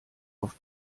auf